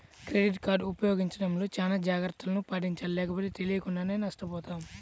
credit card ఉపయోగించడంలో చానా జాగర్తలను పాటించాలి లేకపోతే తెలియకుండానే నష్టపోతాం